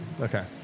Okay